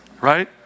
right